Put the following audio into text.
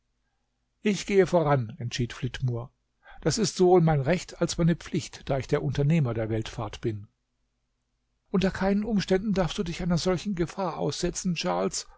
ich gehe voran entschied flitmore es ist dies sowohl mein recht als meine pflicht da ich der unternehmer der weltfahrt bin unter keinen umständen darfst du dich einer solchen gefahr aussetzen charles